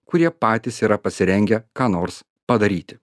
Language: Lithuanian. kurie patys yra pasirengę ką nors padaryti